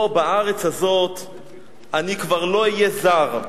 פה בארץ הזאת אני כבר לא אהיה זר.